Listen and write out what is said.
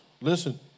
Listen